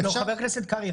חבר הכנסת קרקעי,